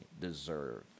deserve